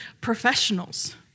professionals